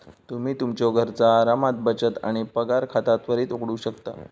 तुम्ही तुमच्यो घरचा आरामात बचत आणि पगार खाता त्वरित उघडू शकता